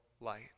light